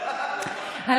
טעויות של מתחילה.